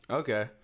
okay